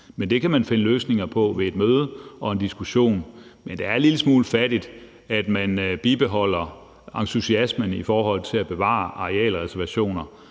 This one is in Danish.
Men det kan man finde løsninger på ved et møde og en diskussion. Men det er en lille smule fattigt, at man bibeholder entusiasmen i forhold til at bevare arealreservationer